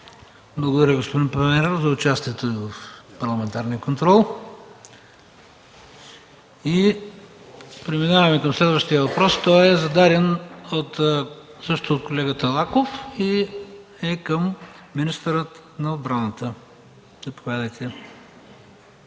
Благодаря, господин премиер за участието Ви в парламентарния контрол. Преминаваме към следващия въпрос. Той е зададен също от колегата Лаков и е към министъра на отбраната. Заповядайте.